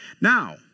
Now